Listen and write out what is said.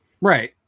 Right